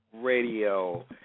Radio